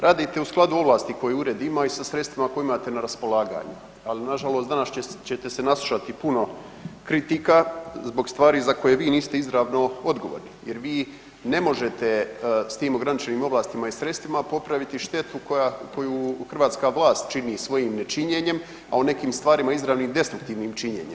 Radite u skladu ovlasti koje ured ima i sa sredstvima koje imate na raspolaganju ali nažalost, danas ćete se naslušati puno kritika zbog stvari za koje vi niste izravno odgovorni jer vi ne možete s tim ograničenim ovlastima i sredstvima popraviti štetu koju hrvatska vlast čini svojim nečinjenjem a o nekim stvarima, izravnim destruktivnim činjenjem.